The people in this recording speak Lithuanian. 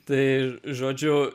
tai žodžiu